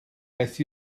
beth